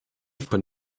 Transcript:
von